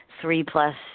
three-plus